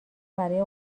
برای